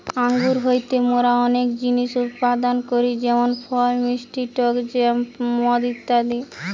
আঙ্গুর হইতে মোরা অনেক জিনিস উৎপাদন করি যেমন ফল, মিষ্টি টক জ্যাম, মদ ইত্যাদি